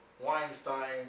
Weinstein